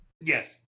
Yes